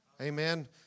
Amen